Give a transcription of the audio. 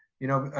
you know,